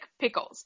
pickles